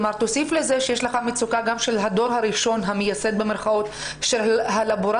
כלומר תוסיף לזה שיש לך מצוקה גם של הדור הראשון "המייסד" של הלבורנטים,